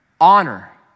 honor